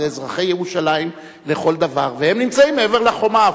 זה אזרחי ירושלים לכל דבר, והם נמצאים מעבר לחומה.